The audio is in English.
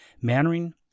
Mannering